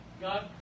God